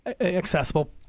accessible